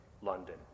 London